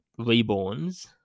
reborns